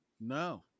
No